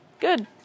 good